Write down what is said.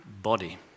body